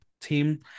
team